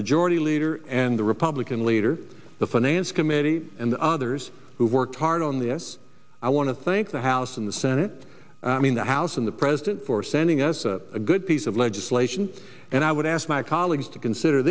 majority leader and the republican leader the finance committee and others who worked hard on this i want to thank the house and the senate i mean the house and the president for sending us a good piece of legislation and i would ask my colleagues to consider